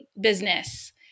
business